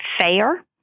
fair